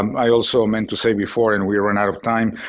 um i also meant to say before and we ran out of time,